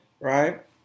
right